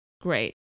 Great